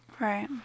Right